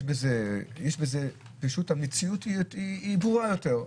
יש בזה המציאות היא ברורה יותר,